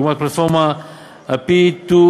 דוגמת פלטפורמת ה-P2P,